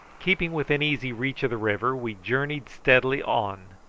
keeping within easy reach of the river we journeyed steadily on,